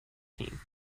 team